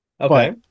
Okay